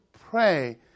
pray